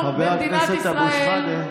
חבר הכנסת אבו שחאדה.